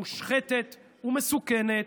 מושחתת ומסוכנת.